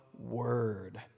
Word